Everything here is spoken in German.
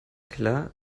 klar